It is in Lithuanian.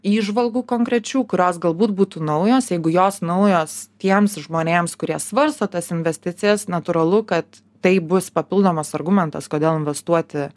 įžvalgų konkrečių kurios galbūt būtų naujos jeigu jos naujos tiems žmonėms kurie svarsto tas investicijas natūralu kad tai bus papildomas argumentas kodėl investuoti